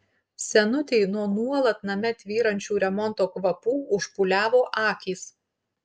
senutei nuo nuolat name tvyrančių remonto kvapų užpūliavo akys